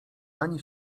ani